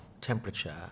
temperature